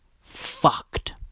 fucked